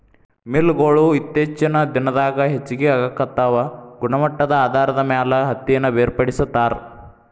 mill ಗೊಳು ಇತ್ತೇಚಿನ ದಿನದಾಗ ಹೆಚಗಿ ಆಗಾಕತ್ತಾವ ಗುಣಮಟ್ಟದ ಆಧಾರದ ಮ್ಯಾಲ ಹತ್ತಿನ ಬೇರ್ಪಡಿಸತಾರ